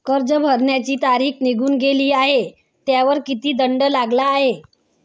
कर्ज भरण्याची तारीख निघून गेली आहे त्यावर किती दंड लागला आहे?